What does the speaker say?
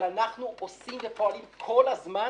אבל אנחנו פועלים כל הזמן